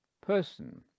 person